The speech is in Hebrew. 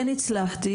כן הצלחתי,